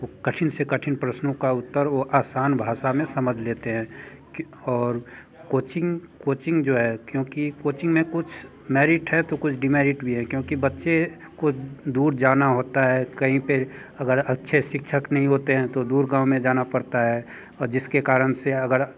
वो कठिन से कठिन प्रश्नों को उत्तर वो आसान भाषा में समझ लेते हैं कि और कोचिंग कोचिंग जो है क्योंकि कोचिंग में कुछ मेरिट है तो कुछ डिमेरिट भी है क्योंकि बच्चे को दूर जाना होता है कहीं पे अगर अच्छे शिक्षक नहीं होते हैं तो दूर गाँव में जाना पड़ता है और जिसके कारण से अगर